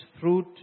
fruit